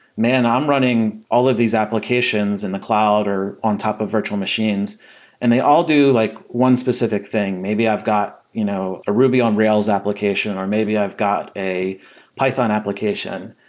man! i'm running all of these applications in the cloud or on top of virtual machines and they all do like one specific thing. maybe i've got you know a ruby on rails application or maybe i've got a python application,